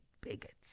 bigots